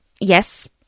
Yes